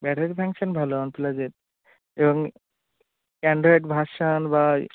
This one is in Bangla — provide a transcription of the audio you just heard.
ব্যাটারি ফাংশন ভালো ওয়ান প্লাসের এবং অ্যাণ্ড্রয়েড ভার্সন বা